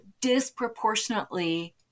disproportionately